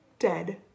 dead